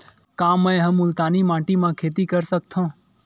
का मै ह मुल्तानी माटी म खेती कर सकथव?